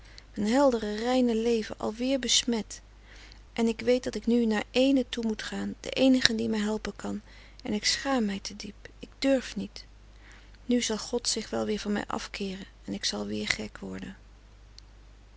mijn heldere reine leven al weer besmet en ik weet dat ik nu naar ééne toe moet gaan de eenige die mij helpen kan en ik schaam mij te diep ik durf niet nu zal god zich wel weer van mij afkeeren en ik zal weer gek worden